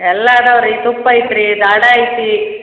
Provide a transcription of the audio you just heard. ಎಲ್ಲ ಅದಾವೆ ರೀ ತುಪ್ಪ ಐತ್ರಿ ಡಾಲ್ಡ ಐತಿ